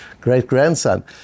great-grandson